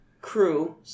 crew